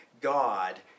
God